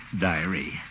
Diary